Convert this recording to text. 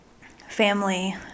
Family